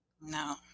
No